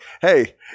hey